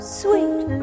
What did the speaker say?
sweet